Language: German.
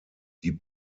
die